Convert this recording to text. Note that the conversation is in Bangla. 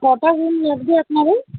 কটা রুম লাগবে আপনাদের